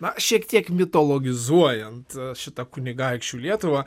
na šiek tiek mitologizuojant šitą kunigaikščių lietuvą